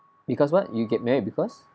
because what you get married because